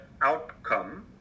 outcome